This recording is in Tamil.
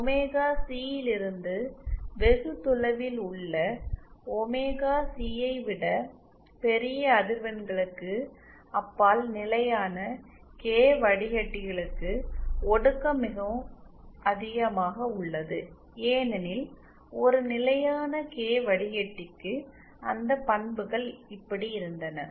ஒமேகா சி யிலிருந்து வெகு தொலைவில் உள்ள ஒமேகா சி ஐ விட பெரிய அதிர்வெண்களுக்கு அப்பால் நிலையான கே வடிகட்டிகளுக்கு ஒடுக்கம் மிகவும் அதிகமாக உள்ளது ஏனெனில் ஒரு நிலையான கே வடிகட்டிக்கு அந்த பண்புகள் இப்படி இருந்தன